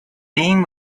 being